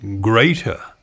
greater